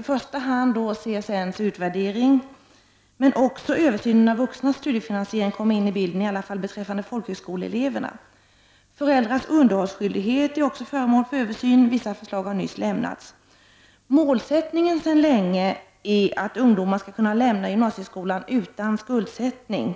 I första hand CSN:s utvärdering, men också översynen av vuxnas studiefinansiering kommer in i bilden, i alla fall beträffande folkhögskoleeleverna. Föräldrars underhållsskyldighet är också föremål för översyn — vissa förslag har nyss lämnats. Målsättningen sedan länge är att ungdomar skall kunna lämna gymnasieskolan utan skuldsättning.